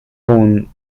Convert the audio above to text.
rouen